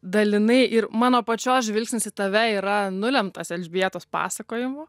dalinai ir mano pačios žvilgsnis į tave yra nulemtas elžbietos pasakojimų